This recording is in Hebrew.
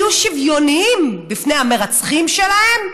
היו שווים בפני המרצחים שלהם,